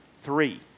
three